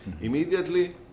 immediately